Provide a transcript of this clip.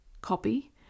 copy